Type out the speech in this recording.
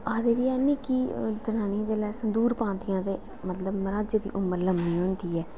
आखदे बी हैन कि जनानियां जेल्लै संदूर पांदियां ते मतलब मर्हाजै दी उमर लम्मीं होंदी ऐ